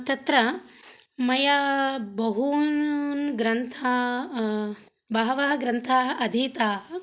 तत्र मया बहून् ग्रन्थाः बहवः ग्रन्थाः अधीताः